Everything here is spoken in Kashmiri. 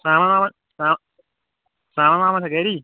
سامان وامان سامان وامان اوسا گَری